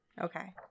Okay